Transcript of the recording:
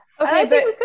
Okay